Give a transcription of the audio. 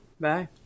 Bye